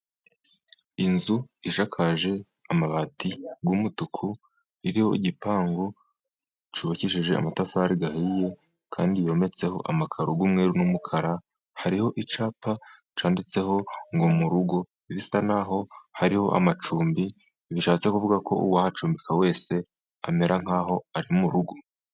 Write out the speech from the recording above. Inzu ishakaje amabati y'umutuku iriho igipangu cyubakishije amatafari ahiye, kandi yometseho amakaro y'umweru n'umukara. Hariho icyapa cyanditseho ngo "mu rugo" bisa n'aho hariho amacumbi, bishatse kuvuga ko uwahacumbika wese amera nk'aho ari mu rugo.